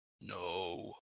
No